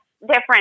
different